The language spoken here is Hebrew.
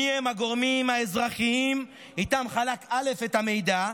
מיהם הגורמים האזרחיים שאיתם חלק א' את המידע?